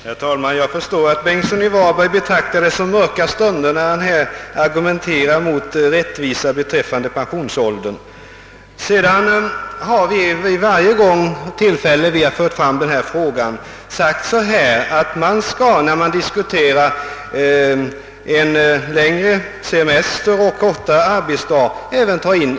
Herr talman! Jag förstår att herr Bengtsson i Varberg betraktar det som mörka stunder då han här argumenterar mot rättvisa beträffande pensionsåldern. Vid varje tillfälle, då vi fört fram denna fråga, har vi framhållit att problemet skall föras in i bilden när längre semester och kortare arbetsdag diskuieras.